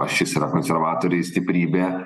ašis yra konservatoriai stiprybė